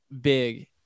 big